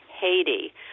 Haiti